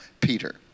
Peter